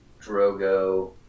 Drogo